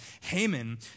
Haman